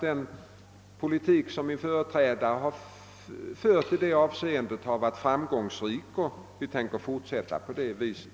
Den politik som min företrädare har fört i det avseendet anser jag i stort sett ha varit framgångsrik och vi tänker fortsätta på det sättet.